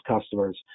customers